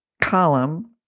column